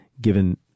given